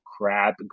Crab